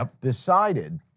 decided